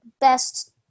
best